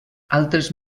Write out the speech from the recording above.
altres